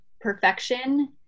perfection